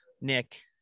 Nick